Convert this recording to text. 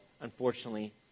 unfortunately